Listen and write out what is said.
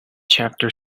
chapter